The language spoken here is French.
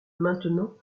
maintenant